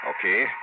Okay